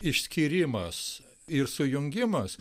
išskyrimas ir sujungimas